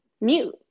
mute